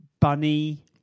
Bunny